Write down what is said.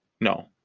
No